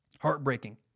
Heartbreaking